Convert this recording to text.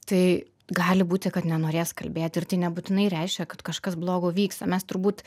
tai gali būti kad nenorės kalbėti ir tai nebūtinai reiškia kad kažkas blogo vyksta mes turbūt